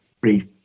brief